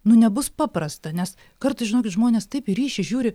nu nebus paprasta nes kartais žinokit žmonės taip į ryšį žiūri